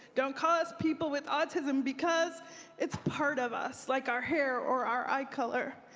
don't call us people with autism, because it's part of us, like our hair or our eye color,